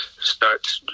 start